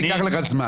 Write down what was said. חבל, ייקח לך זמן.